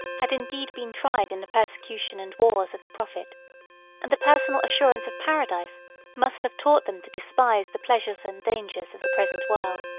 had indeed been tried in the persecution and wars of the prophet and the personal assurance of paradise must have taught them to despise the pleasures and dangers of the present world.